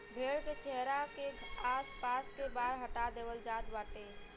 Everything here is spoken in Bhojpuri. भेड़ के चेहरा के आस पास के बार हटा देहल जात बाटे